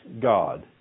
God